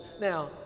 Now